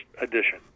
edition